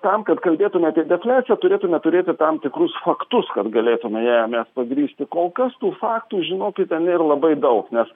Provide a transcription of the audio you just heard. tam kad kalbėtume apie defliaciją turėtume turėti tam tikrus faktus kad galėtume ją mes pagrįsti kol kas tų faktų žinokite nėr labai daug nes